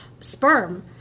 Sperm